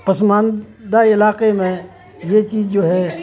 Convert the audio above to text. پسماندہ علاقے میں یہ چیز جو ہے